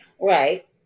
right